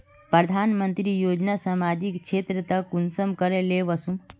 प्रधानमंत्री योजना सामाजिक क्षेत्र तक कुंसम करे ले वसुम?